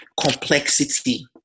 complexity